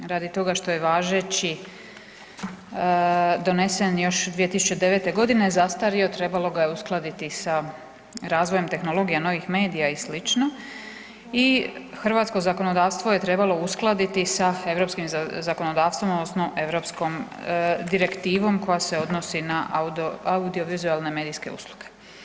Radi toga što je važeći donesen još 2009. godine, zastario, trebalo ga je uskladiti sa razvojem tehnologija novih medija i sl. i hrvatsko zakonodavstvo je trebalo uskladiti sa europskim zakonodavstvom odnosno europskom direktivom koja se odnosi na audiovizualne medijske usluge.